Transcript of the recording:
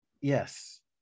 Yes